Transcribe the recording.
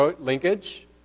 linkage